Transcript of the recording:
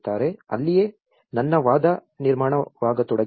ಅಲ್ಲಿಯೇ ನನ್ನ ವಾದ ನಿರ್ಮಾಣವಾಗತೊಡಗಿತು